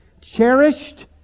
cherished